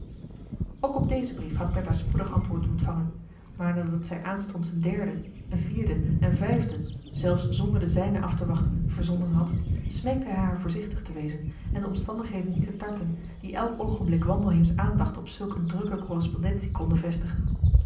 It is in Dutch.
ook op dezen brief had bertha spoedig antwoord ontvangen maar nadat zij aanstonds een derden een marcellus emants een drietal novellen vierden en vijfden zelfs zonder de zijnen aftewachten verzonden had smeekte hij haar voorzichtig te wezen en de omstandigheden niet te tarten die elk oogenblik wandelheems aandacht op zulk eene drukke correspondentie konden vestigen